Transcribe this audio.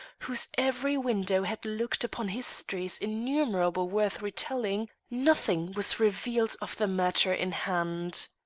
whose every window had looked upon histories innumerable worth retelling, nothing was revealed of the matter in hand.